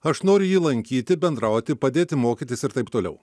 aš noriu jį lankyti bendrauti padėti mokytis ir taip toliau